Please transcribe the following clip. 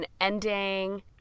ending